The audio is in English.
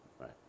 right